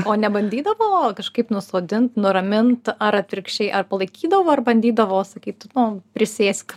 o ne bandydavo kažkaip nusodint nuramint ar atvirkščiai ar palaikydavo ar bandydavo sakyt nu prisėsk